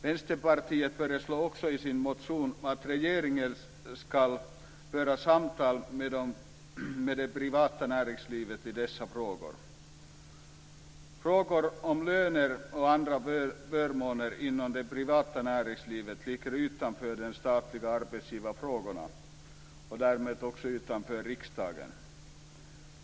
Vänsterpartiet föreslår också i sin motion att regeringen skall föra samtal med det privata näringslivet i dessa frågor. Frågor om löner och andra förmåner inom det privata näringslivet ligger utanför de statliga arbetsgivarfrågorna, och därmed också utanför riksdagen.